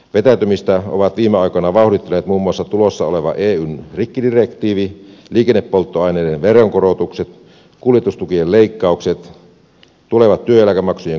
vetäytymistä ovat viime aikoina vauhdittaneet muun muassa tulossa oleva eun rikkidirektiivi liikennepolttoaineiden veronkorotukset kuljetustukien leikkaukset tulevat työeläkemaksujen korotukset